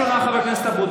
אתה גם הפרעת לו.